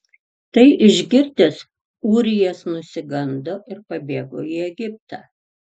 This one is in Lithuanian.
tai išgirdęs ūrijas nusigando ir pabėgo į egiptą